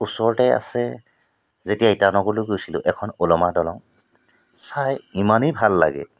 ওচৰতে আছে যেতিয়া ইটানগৰলৈ গৈছিলোঁ এখন ওলমা দলং চাই ইমানে ভাল লাগে